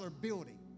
building